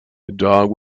dog